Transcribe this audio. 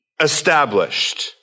established